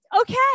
Okay